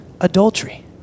adultery